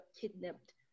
kidnapped